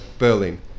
Berlin